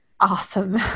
awesome